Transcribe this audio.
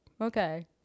Okay